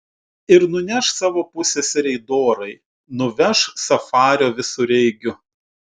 ir nuneš savo pusseserei dorai nuveš safario visureigiu